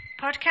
podcast